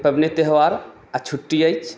के पबनि त्यौहार आ छुट्टी अछि